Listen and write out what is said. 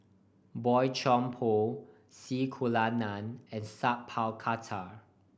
Boey Chuan Poh C Kunalan and Sat Pal Khattar